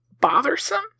bothersome